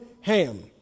Ham